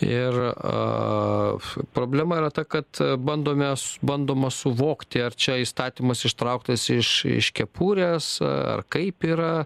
ir a problema yra ta kad bandome su bandoma suvokti ar čia įstatymas ištrauktas iš iš kepurės ar kaip yra